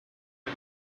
mon